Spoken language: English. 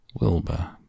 Wilbur